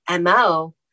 MO